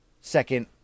second